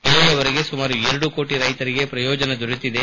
ಇಲ್ಲಿಯವರೆಗೆ ಸುಮಾರು ಎರಡು ಕೋಟ ರೈತರಿಗೆ ಪ್ರಯೋಜನ ದೊರೆತಿದೆ